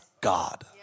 God